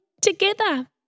together